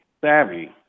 savvy